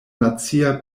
nacia